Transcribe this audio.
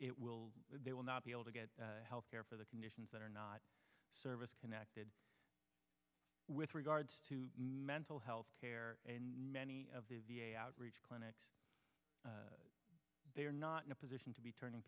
will they will not be able to get health care for the conditions that are not service connected with regards to mental health care and many of the outreach clinics they are not in a position to be turning